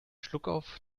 schluckauf